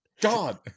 god